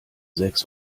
sechs